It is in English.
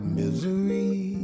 misery